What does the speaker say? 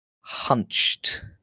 hunched